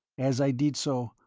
as i did so,